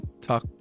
talk